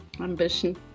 Ambition